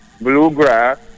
bluegrass